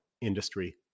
industry